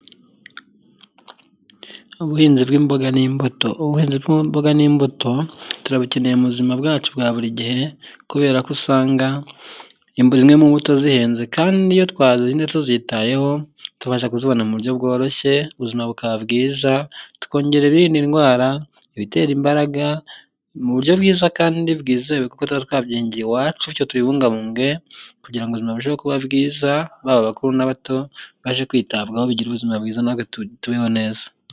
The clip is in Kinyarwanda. Ubuhinzi bw'imboga n'imbuto. Ubuhinzi bw'imboga n'imbuto turabukeneye mu buzima bwacu bwa buri gihe, kubera ko usanga zimwe mu mbuto zihenze kandi iyo twazihinze tuzitayeho tubasha kuzibona mu buryo bworoshye, ubuzima bukaba bwiza, tukongera ibirinda indwara, ibitera imbaraga, mu buryo bwiza kandi bwizewe kuko tuba twabyihingiye iwacu, bityo tubibungabunge kugirango ubuzima burusheho kuba bwiza, haba abakuru n'abato babashe kwitabwaho bagire ubuzima bwiza, natwe tubeho neza.